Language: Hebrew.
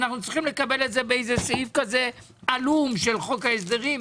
צריכים לקבל את זה בסעיף עלום של חוק ההסדרים?